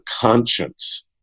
conscience